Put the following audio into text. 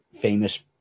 famous